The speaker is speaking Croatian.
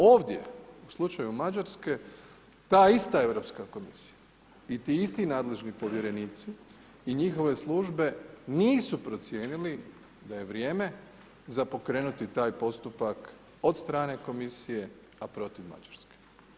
Ovdje u slučaju Mađarske, ta ista Europska komisija i ti isti nadležni povjerenici i njihove službe, nisu procijenili da je vrijeme za pokrenuti taj postupak od strane komisije a protiv Mađarske.